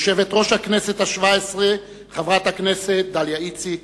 יושבת-ראש הכנסת השבע-עשרה חברת הכנסת דליה איציק,